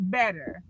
better